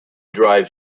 drive